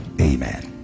amen